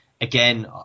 again